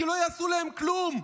כי יעשו להם כלום.